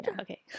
Okay